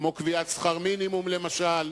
כמו קביעת שכר מינימום למשל,